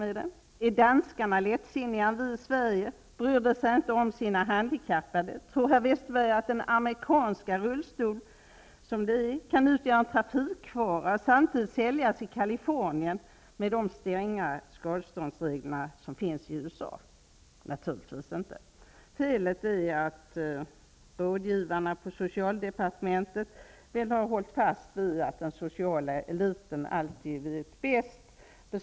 Är danskarna lättsinnigare än vi svenskar? Bryr de sig inte om sina handikappade? Tror herr Westerberg att denna amerikanska rullstol kan utgöra en trafikfara och ändå säljas i Kalifornien? I USA har man ju stränga skadeståndsregler. Svaret på frågorna är: naturligtvis inte! Felet är att rådgivarna på socialdepartementet har hållit fast vid att den sociala eliten alltid vet bäst.